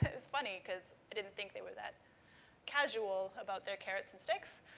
it's funny because i didn't think they were that casual about their carrots and sticks.